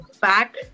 back